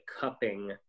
cupping